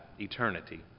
eternity